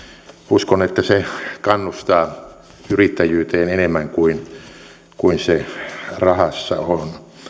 uskon että se kannustaa yrittäjyyteen enemmän kuin kuin se rahassa on